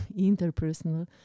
interpersonal